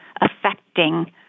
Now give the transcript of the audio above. affecting